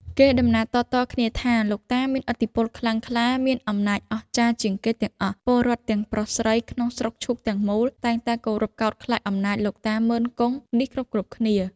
គេតំណាលតៗគ្នាថា លោកតាមានឥទ្ធិពលខ្លាំងក្លា មានអំណាចអស្ចារ្យជាងគេទាំងអស់ ពលរដ្ឋទាំងប្រុស-ស្រីក្នុងស្រុកឈូកទាំងមូល តែងតែគោរពកោតខ្លាចអំណាចលោកតាម៉ឺន-គង់នេះ គ្រប់ៗគ្នា។